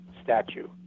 Statue